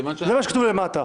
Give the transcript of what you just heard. זה מה שכתוב למטה.